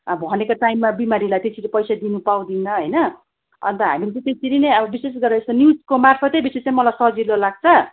भनेको टाइममा बिमारीलाई त्यसरी पैसा दिनु पाउँदिन हैन अनि त हामीलेचाहिँ त्यसरी नै अब विशेष गरेर त्यो न्युजको मार्फतै बेसी चाहिँ मलाई सजिलो लाग्छ